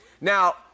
Now